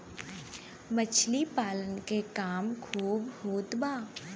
मछली पालन के काम खूब होत बा